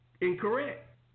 incorrect